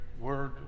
word